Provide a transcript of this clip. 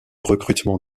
recrutement